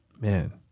man